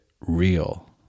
real